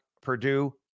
purdue